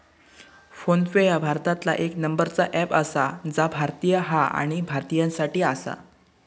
phone पे ह्या भारतातला येक नंबरचा अँप आसा जा भारतीय हा आणि भारतीयांसाठी आसा